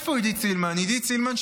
עידית סילמן,